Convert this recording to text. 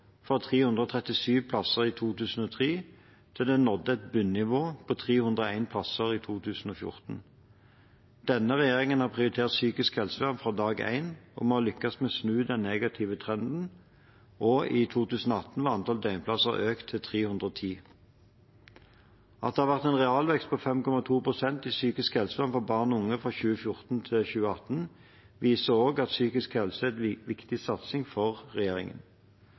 fra 337 plasser i 2003 til det nådde et bunnivå på 301 plasser i 2014. Denne regjeringen har prioritert psykisk helsevern fra dag én, og vi har lyktes med å snu den negative trenden. I 2018 var antall døgnplasser økt til 310. At det har vært en realvekst på 5,2 pst. i psykisk helsevern for barn og unge fra 2014 til 2018, viser også at psykisk helse er en viktig satsing for regjeringen.